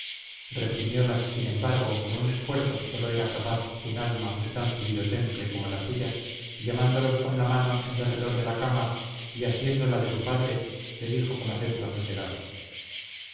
párpados reprimiólas sin embargo con un esfuerzo de que sólo era capaz un alma de tan subido temple como la suya y llamándolos con la mano en derredor de la cama y asiendo la de su padre le dijo con acento sosegado